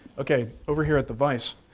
okay, over here at the vise,